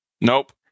Nope